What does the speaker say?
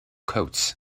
coats